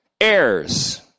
Heirs